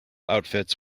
outfits